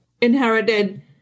inherited